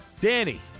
Danny